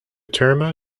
terma